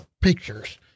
pictures